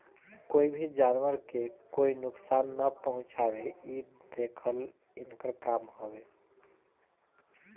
कोई भी जानवर के कोई नुकसान ना पहुँचावे इ देखल इनकर काम हवे